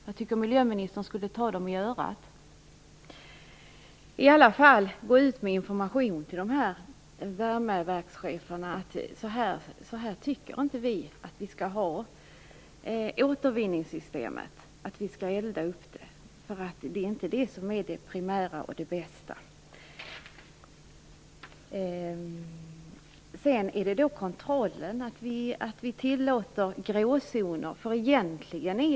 Jag tycker att miljöministern skulle ta dem i örat! I alla fall tycker jag att hon skall gå ut med information till dessa värmeverkschefer om att vi inte tycker att återvinningssystemet skall vara på det här viset. Vi skall inte hålla på och elda upp avfallet. Det är ju inte det som är det primära och det bästa. Sedan gäller det kontrollen. Vi tillåter gråzoner.